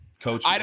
coach